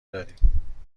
دادیم